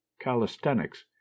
calisthenics